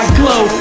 glow